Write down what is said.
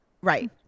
Right